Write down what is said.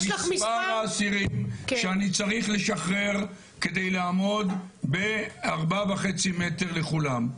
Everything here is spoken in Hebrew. מספר האסירים שאני צריך לשחרר כדי לעמוד ב-4.5 מטר לכולם.